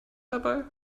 dabei